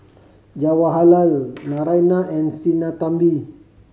Jawaharlal Naraina and Sinnathamby